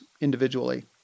individually